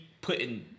putting